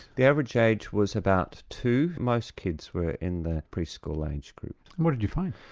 the average age was about two, most kids were in that pre-school age group. and what did you find?